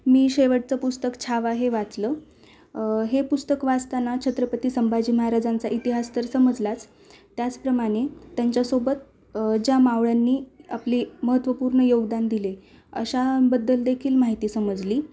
मी शेवटचं पुस्तक छावा हे वाचलं हे पुस्तक वाचताना छत्रपती संभाजी महाराजांचा इतिहास तर समजलाच त्याचप्रमाणे त्यांच्यासोबत ज्या मावळ्यांनी आपले महत्त्वपूर्ण योगदान दिले अशाबद्दल देखील माहिती समजली